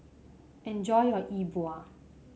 enjoy your E Bua